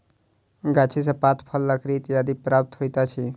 गाछी सॅ पात, फल, लकड़ी इत्यादि प्राप्त होइत अछि